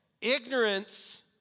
Ignorance